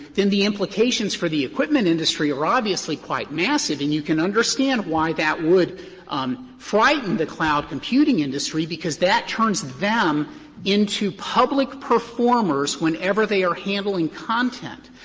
then the implications for the equipment industry are obviously quite massive and you can understand why that would um frighten the cloud computing industry because that turns them into public performers whenever they are handling content.